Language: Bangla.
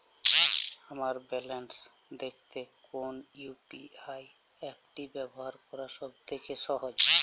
আমার ব্যালান্স দেখতে কোন ইউ.পি.আই অ্যাপটি ব্যবহার করা সব থেকে সহজ?